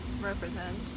represent